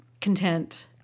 Content